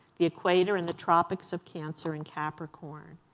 the equator, and the tropics of cancer and capricorn.